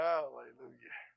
Hallelujah